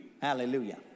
Hallelujah